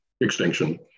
extinction